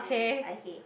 okay